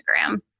Instagram